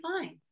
fine